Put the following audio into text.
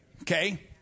Okay